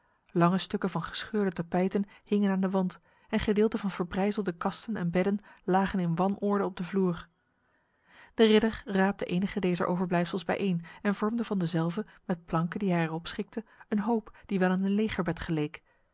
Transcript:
lange stukken van gescheurde tapijten hingen aan de wand en gedeelten van verbrijzelde kasten en bedden lagen in wanorde op de vloer de ridder raapte enige dezer overblijfsels bijeen en vormde van dezelve met planken die hij er op schikte een hoop die wel aan een legerbed geleek